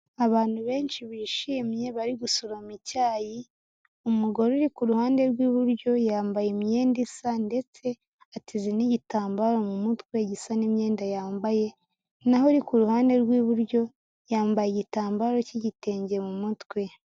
Abantu benshi bishimye bari gusoroma icyayi. umugore uri kuruhande rw'iburyo yambaye imyenda isa ndetse, ateze n'igitambaro mu mutwe gisa n'imyenda yambaye. Naho uri kuruhande rw'iburyo, yambaye igitambaro cy'igitenge mu mutwe.